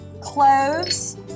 cloves